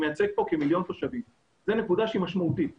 יש מזהמים אחרים במרחב שלנו.